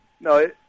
no